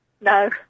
No